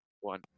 one